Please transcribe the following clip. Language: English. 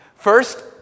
First